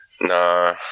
Nah